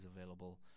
available